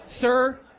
sir